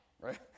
Right